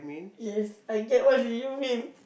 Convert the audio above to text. yes I get what do you mean